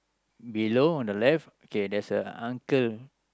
below on the left okay there's a uncle